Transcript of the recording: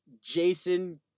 Jason